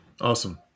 Awesome